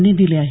यांनी दिले आहेत